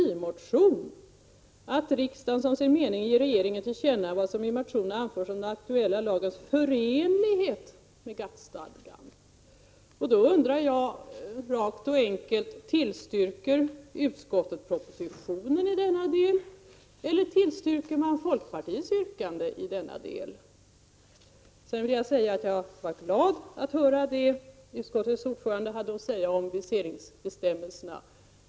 1986/87:129 sin mening ger regeringen till känna vad som i motionen anförs om den — 22 maj 1987 aktuella lagens förenlighet” — jag betonar ordet förenlighet — ”med GATT-stadgan”. Då undrar jag rakt och enkelt: Tillstyrker utskottet propositionen eller folkpartiets yrkande i denna del? Sedan vill jag säga att jag var glad att höra vad utskottets ordförande hade att säga om viseringsbestämmelserna.